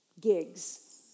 gigs